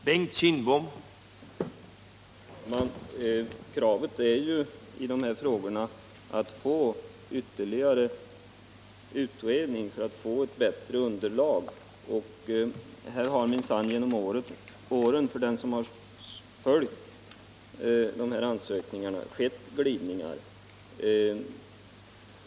Herr talman! Vårt krav är ju att man genom utredningar skall få fram ett bättre underlag. Den som under åren följt dessa frågor har minsann märkt att det har skett glidningar.